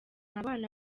abana